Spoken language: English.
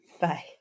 Bye